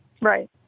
Right